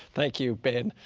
thank you, ben.